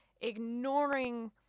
ignoring